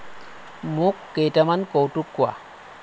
মোক কেইটামান কৌতুক কোৱা